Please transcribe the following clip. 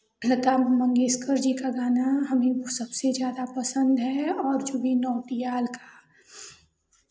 लता मंगेशकर जी का गाना हमें सबसे ज़्यादा पसन्द है और जुबिन नौटियाल का